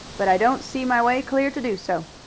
but i don't see my way clear to do so.